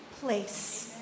place